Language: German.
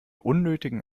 unnötigen